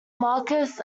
marcus